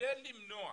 כדי למנוע